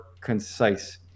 concise